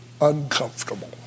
uncomfortable